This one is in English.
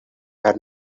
are